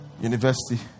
university